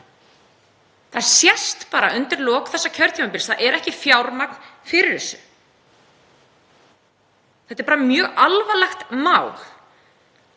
Það sést bara undir lok þessa kjörtímabils að það er ekki fjármagn fyrir þessu. Þetta er mjög alvarlegt mál.